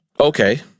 Okay